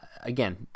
again